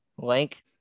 Link